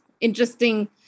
interesting